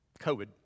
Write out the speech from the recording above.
COVID